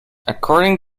according